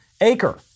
Acre